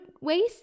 waste